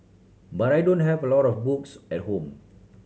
but I don't have a lot of books at home